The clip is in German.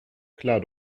klar